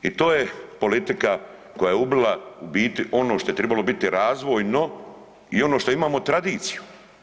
I to je politika koja je ubila u biti ono što je trebalo biti razvojno i ono što imamo tradiciju.